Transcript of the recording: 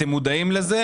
אתם מודעים לזה,